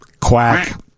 Quack